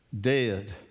dead